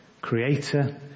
creator